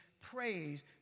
praise